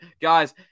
Guys